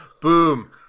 Boom